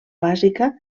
bàsica